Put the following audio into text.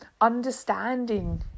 understanding